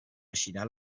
eixirà